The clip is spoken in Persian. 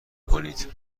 کنید